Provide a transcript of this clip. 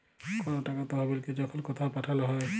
call টাকার তহবিলকে যখল কথাও পাঠাল হ্যয়